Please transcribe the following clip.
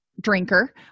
drinker